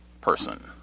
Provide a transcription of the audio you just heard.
person